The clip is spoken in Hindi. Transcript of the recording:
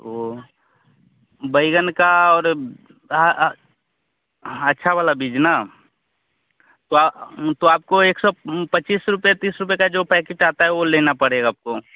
वह बैंगन का और अच्छा वाला वाला बीज न तो आ तो आपको एक स पच्चीस रुपये तीस रुपये वाला जो पैकेट आता है वह लेना पड़ेगा आपको